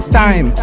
time